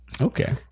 Okay